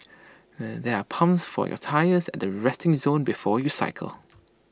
there are pumps for your tyres at the resting zone before you cycle